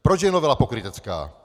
Proč je novela pokrytecká?